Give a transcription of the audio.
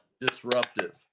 disruptive